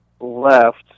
left